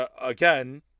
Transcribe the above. again